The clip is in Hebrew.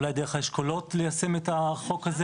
אולי דרך האשכולות ליישם את החוק הזה